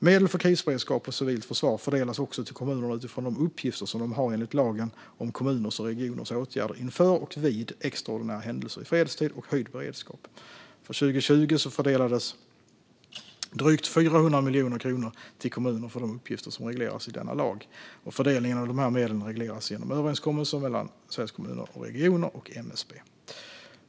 Medel för krisberedskap och civilt försvar fördelas också till kommunerna utifrån de uppgifter som de har enligt lagen om kommuners och regioners åtgärder inför och vid extraordinära händelser i fredstid och höjd beredskap. För 2020 fördelades drygt 420 miljoner kronor till kommuner för de uppgifter som regleras i denna lag. Fördelningen av dessa medel regleras genom överenskommelser mellan Sveriges Kommuner och Regioner och MSB.